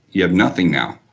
you have nothing now.